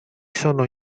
sono